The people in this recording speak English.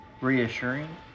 Reassuring